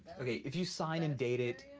okay. if you sign and date it,